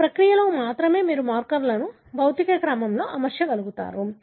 ఈ ప్రక్రియలో మాత్రమే మీరు మార్కర్లను భౌతిక క్రమంలో అమర్చగలుగుతారు